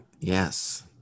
Yes